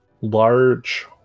large